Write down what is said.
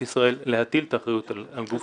ישראל להטיל את האחריות על גוף כלשהו.